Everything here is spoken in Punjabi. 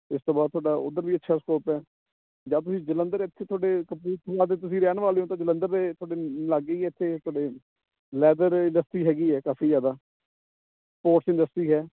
ਇਸ ਤੋਂ ਬਾਅਦ ਤੁਹਾਡਾ ਉੱਧਰ ਵੀ ਅੱਛਾ ਸਕੋਪ ਹੈ ਜਾਂ ਤੁਸੀਂ ਜਲੰਧਰ ਇੱਥੇ ਤੁਹਾਡੇ ਕਪੂਰਥਲਾ ਦੇ ਤੁਸੀਂ ਰਹਿਣ ਵਾਲੇ ਹੋ ਤਾਂ ਜਲੰਧਰ ਦੇ ਤੁਹਾਡੇ ਲਾਗੇ ਹੀ ਆ ਇੱਥੇ ਤੁਹਾਡੇ ਲੈਦਰ ਇੰਡਸਟਰੀ ਹੈਗੀ ਹੈ ਕਾਫੀ ਜ਼ਿਆਦਾ ਸਪੋਰਟਸ ਇੰਡਸਟਰੀ ਹੈ